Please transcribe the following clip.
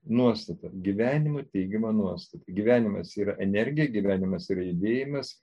nuostata gyvenimo teigimo nuostata gyvenimas yra energija gyvenimas yra judėjimas